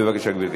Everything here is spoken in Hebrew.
בבקשה, גברתי.